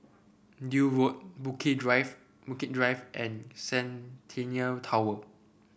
Deal Road Bukit Drive Bukit Drive and Centennial Tower